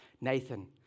Nathan